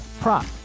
prop